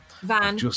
Van